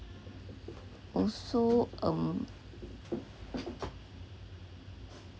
also um